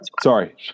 sorry